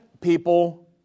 people